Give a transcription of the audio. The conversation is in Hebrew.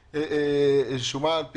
היא שומה על פי